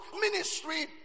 ministry